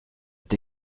est